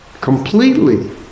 completely